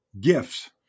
gifts